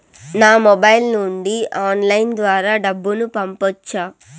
నా మొబైల్ నుండి ఆన్లైన్ ద్వారా డబ్బును పంపొచ్చా